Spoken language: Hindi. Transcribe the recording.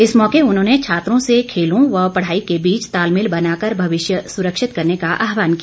इस मौके उन्होंने छात्रों से खेलों व पढ़ाई के बीच तालमेल बनाकर भविष्य सुरक्षित करने का आहवान किया